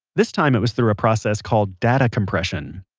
this time, it was through a process called data compression.